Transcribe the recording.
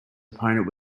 opponent